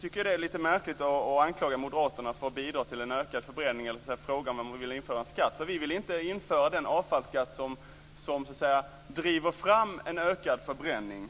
tycker att det är lite märkligt att anklaga moderaterna för att bidra till en ökad förbränning eller att fråga om vi vill medverka till att införa en skatt. Vi vill inte införa en avfallsskatt som driver fram en ökad förbränning.